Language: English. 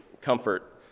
comfort